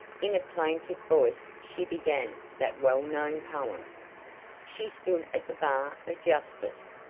in a plaintive voice she began that well-known poem she stood at the bar of justice,